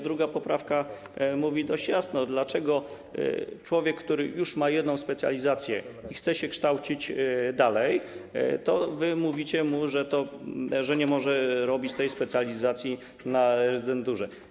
Druga poprawka mówi dość jasno: dlaczego człowiekowi, który już ma jedną specjalizację i chce się kształcić dalej, mówicie, że nie może robić tej specjalizacji na rezydenturze?